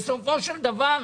בסופו של דבר,